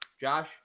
Josh